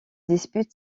disputent